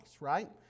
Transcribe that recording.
right